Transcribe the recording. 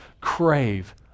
crave